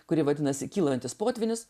kuri vadinasi kylantis potvynis